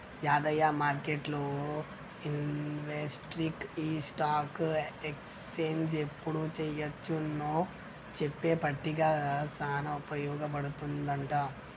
యాదయ్య మార్కెట్లు ఇన్వెస్టర్కి ఈ స్టాక్ ఎక్స్చేంజ్ ఎప్పుడు చెయ్యొచ్చు నో చెప్పే పట్టిక సానా ఉపయోగ పడుతుందంట